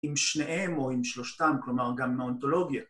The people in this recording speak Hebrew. ‫עם שניהם או עם שלושתם, ‫כלומר, גם עם האונטולוגיה.